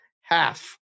half